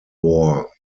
war